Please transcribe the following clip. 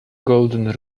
golden